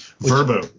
Verbo